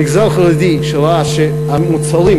המגזר החרדי שראה שהמוצרים,